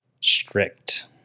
strict